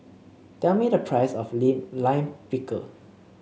tell me the price of Lime Pickle